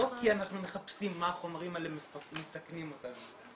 לא כי אנחנו מחפשים מה החומרים האלה מסכנים אותנו.